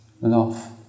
Love